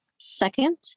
second